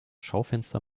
schaufenster